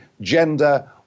gender